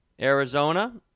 Arizona